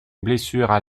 blessures